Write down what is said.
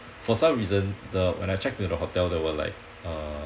for some reason the when I check to the hotel there were like uh